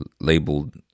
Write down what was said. labeled